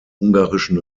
ungarischen